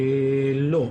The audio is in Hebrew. לא.